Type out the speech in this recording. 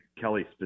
Kelly